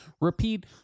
repeat